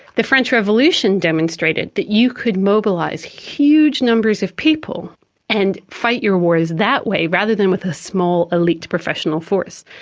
the french revolution demonstrated that you could mobilise huge numbers of people and fight your wars that way rather than with a small, elite professional force.